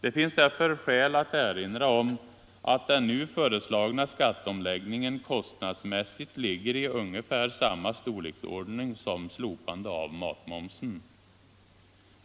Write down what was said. Det finns därför skäl att erinra om att den nu föreslagna skatteomläggningen kostnadsmässigt ligger i ungefär samma storleksordning som slopande av matmomsen.